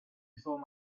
before